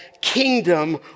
kingdom